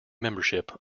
membership